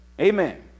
amen